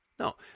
No